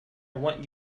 want